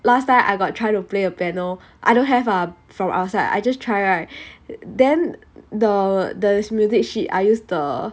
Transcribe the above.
last time I got try to play a piano I don't have ah from outside I just try right then the the music sheet I use the